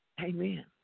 Amen